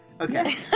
Okay